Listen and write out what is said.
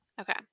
Okay